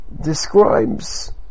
describes